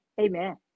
Amen